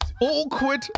Awkward